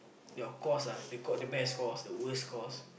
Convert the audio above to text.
your course ah the course the best course the worse course